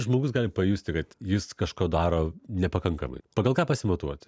žmogus gali pajusti kad jis kažko daro nepakankamai pagal ką pasimatuoti